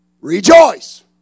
Rejoice